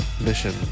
mission